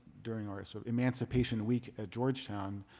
during our so emancipation week at georgetown,